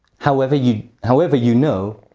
however you however you know,